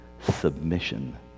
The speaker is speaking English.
submission